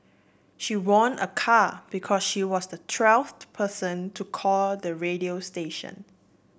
she won a car because she was the twelfth person to call the radio station